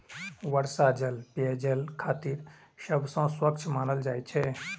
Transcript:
वर्षा जल पेयजल खातिर सबसं स्वच्छ मानल जाइ छै